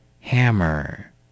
Hammer